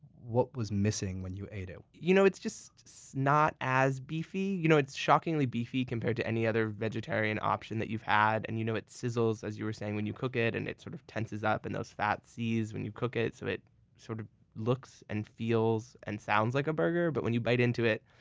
what was missing when you ate it? you know it's just so not as beefy. you know it's shockingly beefy compared to any other vegetarian option that you've had, and you know it sizzles, as you were saying, when you cook it. it sort of tenses up and those fats seize when you cook it it so it sort of looks and feels and sounds like a burger, but when you bite into it,